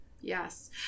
Yes